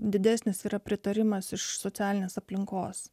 didesnis yra pritarimas iš socialinės aplinkos